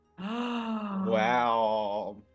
Wow